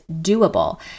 doable